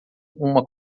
uma